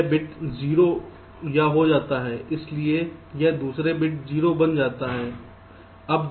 तो यह बिट 0 या हो जाता है इसलिए यह दूसरा बिट 0 बन जाता है